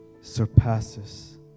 surpasses